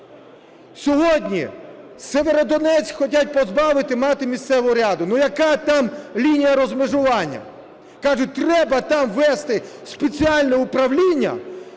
Сьогодні Сєвєродонецьк хочуть позбавити мати місцеву раду. Ну яка там лінія розмежування? Кажуть: треба там ввести спеціальне управління